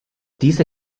diese